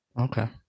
Okay